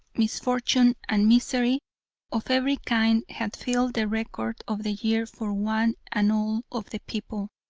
misfortune and misery of every kind had filled the record of the year for one and all of the people,